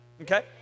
okay